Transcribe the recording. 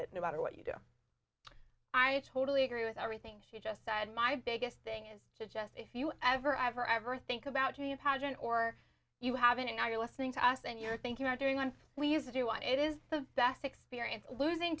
it no matter what you do i totally agree with everything she just said my biggest thing is just if you ever ever ever think about doing a pageant or you haven't and now you're listening to us and you're thinking about doing one we used to do and it is the best experience losing